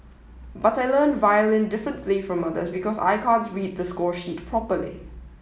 but I learn violin differently from others because I can't read the score sheet properly